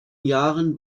jahren